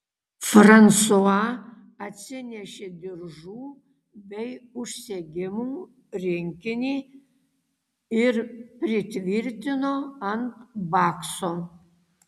fransua atsinešė diržų bei užsegimų rinkinį ir pritvirtino ant bakso